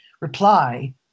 reply